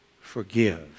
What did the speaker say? forgive